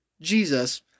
Jesus